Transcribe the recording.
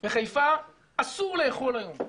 בחיפה אסור לאכול היום.